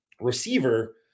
receiver